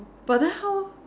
but then how